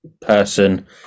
Person